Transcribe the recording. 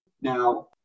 Now